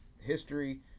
history